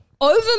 Over